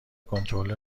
کنترلی